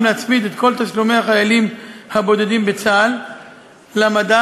להצמיד את כל תשלומי החיילים הבודדים בצה"ל למדד,